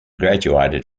graduated